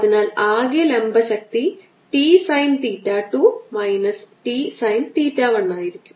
അതിനാൽ ആകെ ലംബ ശക്തി T sine theta 2 minus T sine theta 1 ആയിരിക്കും